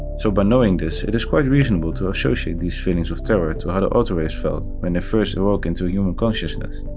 so by knowing this, it is quite reasonable to associate these feelings of terror to how the autoreivs felt when they first awoke into human consciousness,